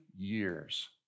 years